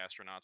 astronauts